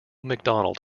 mcdonald